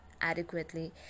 adequately